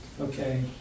okay